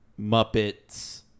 Muppets